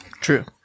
True